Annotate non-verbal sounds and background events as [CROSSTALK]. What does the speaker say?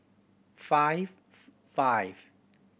five [UNINTELLIGIBLE] five